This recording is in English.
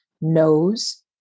knows